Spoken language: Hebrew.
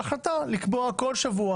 ההחלטה לקבוע כל שבוע,